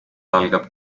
algab